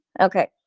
okay